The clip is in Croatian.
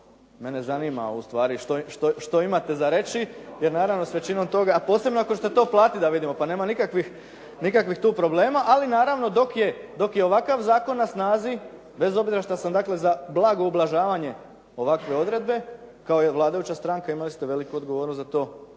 mene zanima ustvari što imate za reći jer naravno s većinom toga, a posebno ako ste to platili da vidimo. Pa nema nikakvih tu problema, ali naravno dok je ovakav zakon na snazi, bez obzira što sam dakle za blago ublažavanje ovakve odredbe, kao vladajuća stranka imali ste veliku odgovornost za to